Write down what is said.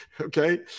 Okay